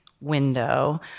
window